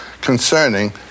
concerning